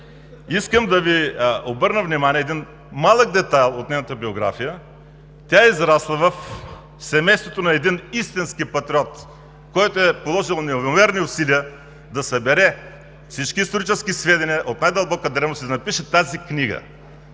искам да Ви обърна внимание на един малък детайл от нейната биография. Тя е израснала в семейството на един истински патриот, който е положил неимоверни усилия да събере всички исторически сведения от най-дълбока древност и да напише тази книга